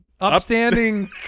upstanding